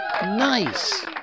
nice